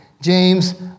James